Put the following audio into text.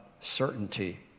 certainty